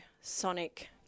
sonic